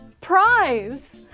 prize